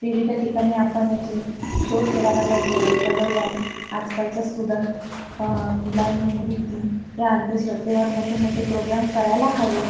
विविध ठिकानी आपन ह्येचे शो ठेवायला पायजे रस्त्यावर जाऊन आजकालचा स्टुडंट मुलांनी मुलीत्ती या अंधश्रद्धेवर मोटे मोटे प्रोग्रॅम करायला हवे